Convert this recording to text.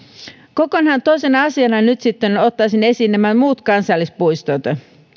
kokonaan toisena asiana nyt sitten ottaisin esiin nämä muut kansallispuistot